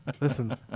listen